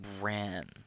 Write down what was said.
ran